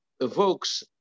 evokes